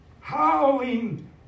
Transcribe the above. howling